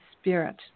spirit